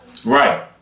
Right